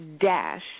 DASH